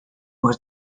was